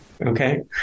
Okay